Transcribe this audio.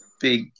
big